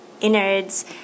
innards